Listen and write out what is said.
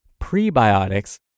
prebiotics